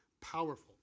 powerful